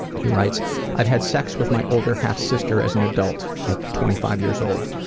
he writes i've had sex with my older half-sister as an adult at twenty five years old.